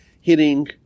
hitting